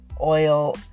oil